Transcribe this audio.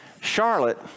Charlotte